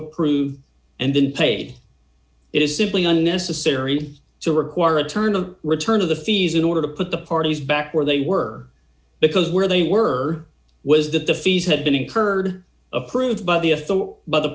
approve and then paid it is simply unnecessary to require return of return of the fees in order to put the parties back where they were because where they were was that the fees had been incurred approved by the a th